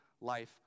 Life